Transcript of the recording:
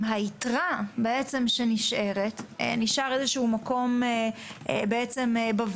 אם נשארת יתרה ויש מקום בוועד,